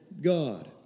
God